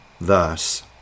thus